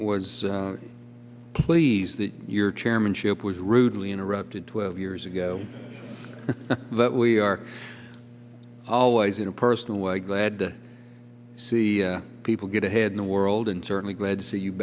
s pleased that your chairmanship was rudely interrupted twelve years ago that we are always in a personal way glad to see people get ahead in the world and certainly glad to see you